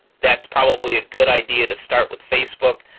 that's probably a good idea to start with facebook.